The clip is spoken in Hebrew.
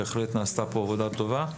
בהחלט נעשתה כאן עבודה טובה.